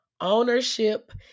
Ownership